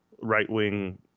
right-wing